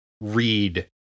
read